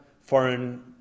foreign